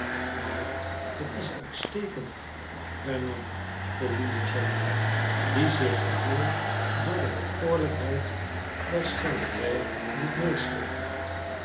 maar het is uitstekend hernam golinitschef die zich geheel door de bekoorlijkheid der schilderij liet meesleepen